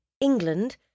England